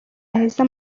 mwiza